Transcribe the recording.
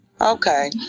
Okay